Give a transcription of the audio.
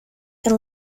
and